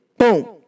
Boom